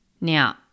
Now